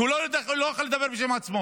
כי הוא לא יכול לדבר בשם עצמו.